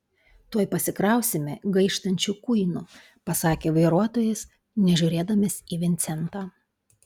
tuoj pasikrausime gaištančių kuinų pasakė vairuotojas nežiūrėdamas į vincentą